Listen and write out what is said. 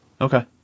Okay